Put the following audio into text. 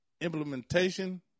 implementation